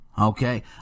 Okay